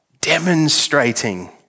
demonstrating